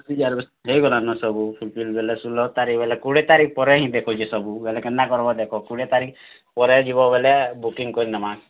reservation ହେଇଗଲାନ ସବୁ full fill ବେଲେ ଷୁଲ୍ହ ତାରିଖ୍ ବେଲେ କୁଡ଼ିଏ ତାରିଖ୍ ପରେ ହିଁ ଦେଖଉଛେ ସବୁ ବେଲେ କେନ୍ତା କର୍ବ ଦେଖ କୁଡ଼ିଏ ତାରିଖ୍ ପରେ ଯିବ ବେଲେ ବୁକିଙ୍ଗ୍ କରିନେମା